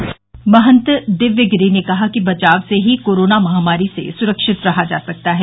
महंत दिव्यागिरि ने कहा कि बचाव से ही कोरोना महामारी से सुरक्षित रहा जा सकता है